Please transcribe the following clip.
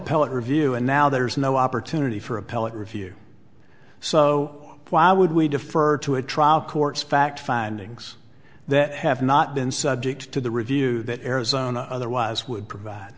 pellate review and now there's no opportunity for appellate review so why would we defer to a trial court's fact findings that have not been subject to the review that arizona otherwise would provide